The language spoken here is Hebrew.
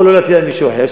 או לא להטיל על מישהו אחר,